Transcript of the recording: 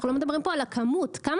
אנחנו לא מדברים פה על הכמות: כמה